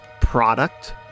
product